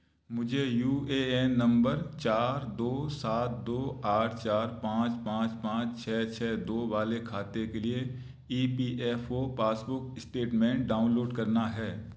मुझे U A N नंबर चार दो सात दो आठ चार पाँच पाँच पाँच छ छ दो वाले खाते के लिए E P F O passbook statement download करना है